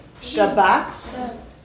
shabbat